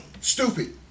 Stupid